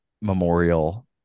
Memorial